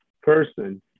person